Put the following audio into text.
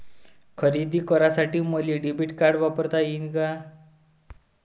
खरेदी करासाठी मले डेबिट कार्ड वापरता येईन का?